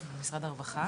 מציגים את הבעיה.